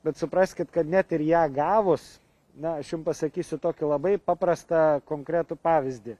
bet supraskit kad net ir ją gavus na aš jum pasakysiu tokį labai paprastą konkretų pavyzdį